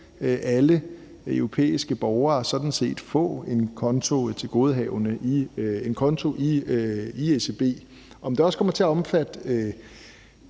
alle europæiske borgere sådan set få en konto i ECB. Om det også kommer til at omfatte